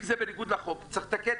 אם זה בניגוד לחוק צריך לתקן.